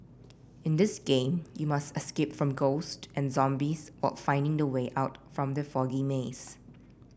in this game you must escape from ghost and zombies while finding the way out from the foggy maze